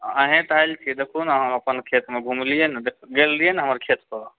अही तऽ आयल छियै देखु न हम अपन खेतमे घुमलियै न गेल रहियै न हमर खेतपर